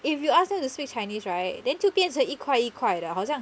if you ask them to speak chinese right then 就变成一块一块的好像